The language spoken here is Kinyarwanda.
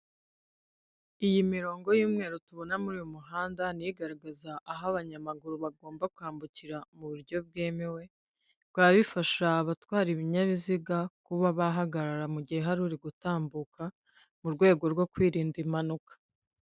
iyi mirongo y'umweru tubona muri uyu muhanda ni igaragaza aho abanyamaguru bagomba kwambukira mu buryo bwemewe bikaba bifasha abatwara ibinyabiziga kuba bahagarara mu gihe hari uri gutambuka mu rwego rwo kwirinda impanuka